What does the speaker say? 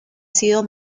sido